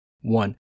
One